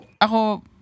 ako